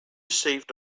saved